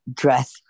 dress